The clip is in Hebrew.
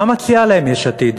מה מציעה להם יש עתיד?